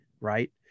right